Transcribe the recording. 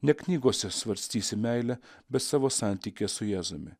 ne knygose svarstysi meilę bet savo santykyje su jėzumi